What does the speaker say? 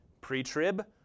Pre-trib